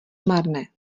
marné